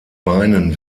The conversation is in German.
beinen